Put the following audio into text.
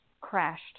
crashed